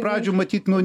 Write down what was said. pradžių matyt nu